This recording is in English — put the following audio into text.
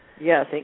yes